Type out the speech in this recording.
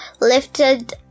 lifted